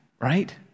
right